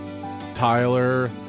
tyler